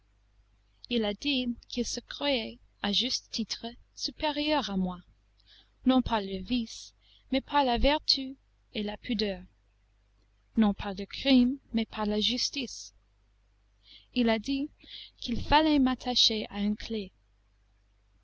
il a dit qu'il se croyait à juste titre supérieur à moi non par le vice mais par la vertu et la pudeur non par le crime mais par la justice il a dit qu'il fallait m'attacher à une claie